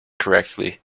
correctly